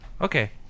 Okay